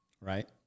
right